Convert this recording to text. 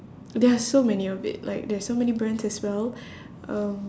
there are so many of it like there's so many brands as well um